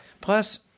Plus